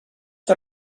der